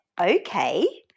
okay